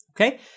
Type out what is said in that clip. okay